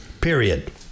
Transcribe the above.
Period